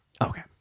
Okay